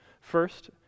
First